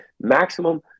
maximum